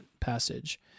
passage